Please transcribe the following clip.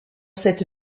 cette